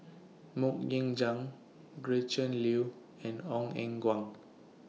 Mok Ying Jang Gretchen Liu and Ong Eng Guan